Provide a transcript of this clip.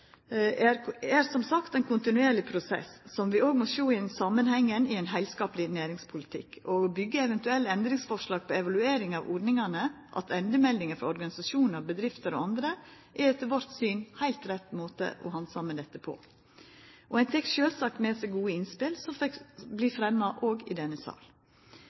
verkemiddelapparatet er som sagt ein kontinuerleg prosess, som vi òg må sjå i samanheng og i ein heilskapleg næringspolitikk, og å byggja eventuelle endringsforslag på evalueringar av ordningane, attendemeldingar frå organisasjonar, bedrifter og andre er etter vårt syn ein heilt rett måte å handsama dette på. Ein fekk sjølvsagt med seg gode innspel som vert fremja òg i denne